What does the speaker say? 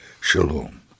Shalom